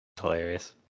hilarious